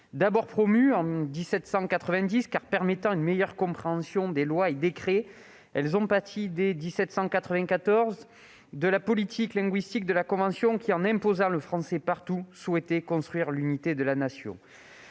D'abord promues en 1790, car permettant une meilleure compréhension des lois et décrets, elles ont pâti dès 1794 de la politique linguistique de la Convention qui, en imposant le français partout, souhaitait construire l'unité de la Nation.